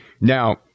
Now